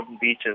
beaches